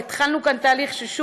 אבל התחלנו כאן תהליך ש,